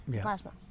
plasma